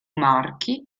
marchi